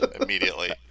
immediately